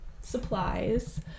supplies